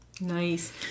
Nice